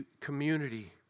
community